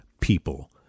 people